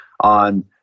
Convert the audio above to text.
on